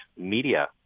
media